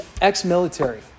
ex-military